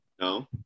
No